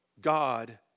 God